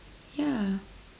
yeah